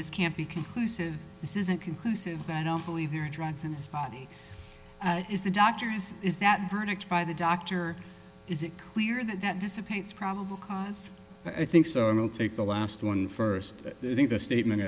this can't be conclusive this isn't conclusive that i don't believe there are drugs in his body is the doctor's is that verdict by the doctor is it clear that dissipates probable cause i think so i don't take the last one first i think the statement